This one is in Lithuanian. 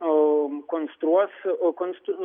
konstruos o konstruoti